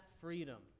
freedom